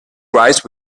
rice